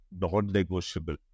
non-negotiable